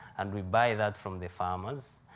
and we buy that from the farmers.